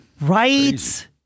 Right